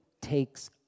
takes